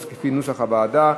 אז כפי נוסח הוועדה.